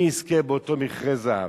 מי יזכה באותה מכרה זהב.